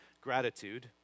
gratitude